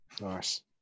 nice